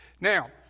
Now